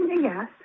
Yes